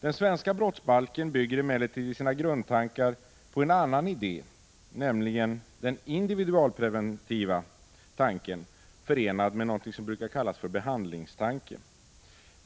Den svenska brottsbalken bygger emellertid i sina grunder på en annan idé, nämligen den individualpreventiva tanken förenad med något som brukar kallas för behandlingstanken.